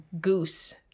goose